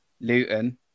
Luton